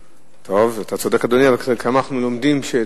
פורמלית וגם בצורה בלתי פורמלית, מול הסוכנות